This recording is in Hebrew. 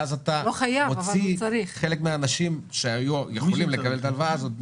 ואז אתה מוציא חלק מהאנשים שהיו יכולים לקבל את ההלוואה הזאת,